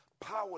Power